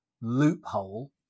loophole